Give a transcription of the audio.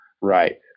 Right